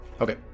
Okay